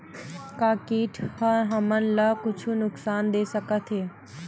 का कीट ह हमन ला कुछु नुकसान दे सकत हे?